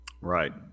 Right